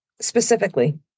specifically